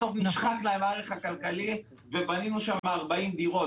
בסוף נשחק להם הערך הכלכלי ובנינו שם 40 דירות.